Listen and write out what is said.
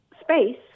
space